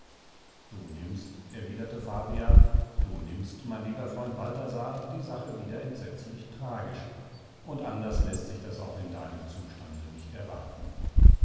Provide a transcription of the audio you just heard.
du nimmst erwiderte fabian du nimmst mein lieber freund balthasar die sache wieder entsetzlich tragisch und anders läßt sich das auch in deinem zustande nicht erwarten